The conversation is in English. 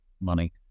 money